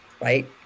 Right